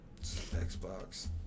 Xbox